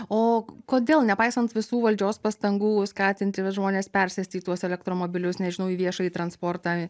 o kodėl nepaisant visų valdžios pastangų skatinti žmones persėsti į tuos elektromobilius nežinau į viešąjį transportą